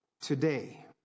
Today